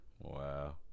Wow